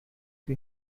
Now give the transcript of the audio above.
the